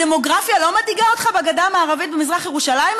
הדמוגרפיה לא מדאיגה אותך בגדה המערבית ובמזרח ירושלים,